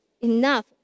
enough